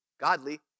godly